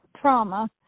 trauma